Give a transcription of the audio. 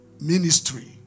ministry